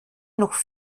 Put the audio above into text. noch